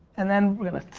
and then we're gonna,